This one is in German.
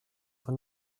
von